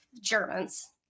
Germans